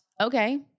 okay